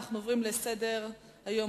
אנחנו עוברים לנושא הבא,